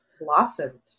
blossomed